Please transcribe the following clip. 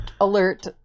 Alert